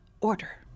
order